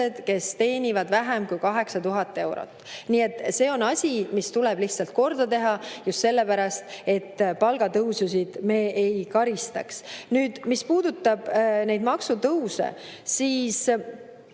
kes teenivad vähem kui 8000 eurot. See on asi, mis tuleb lihtsalt korda teha just sellepärast, et me palgatõususid ei karistaks. Mis puudutab neid maksutõuse, siis